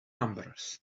numbers